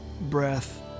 breath